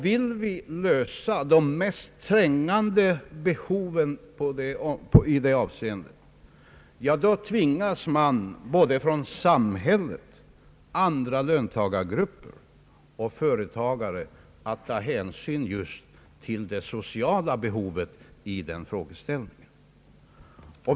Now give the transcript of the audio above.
Vill vi tillgodose de mest trängande behoven i det avseendet, tvingas både samhället, andra löntagargrupper och företagare att ta hänsyn just till den sociala sidan av frågeställningen.